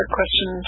question